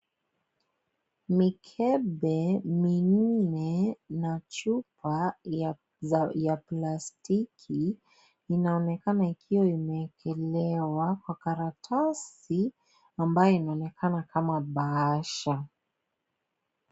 Mikebe minne na chupa ya plastiki, inaonekana ikiwa imewekelewa kwa karatasi ambayo inaonekana kama bahasha .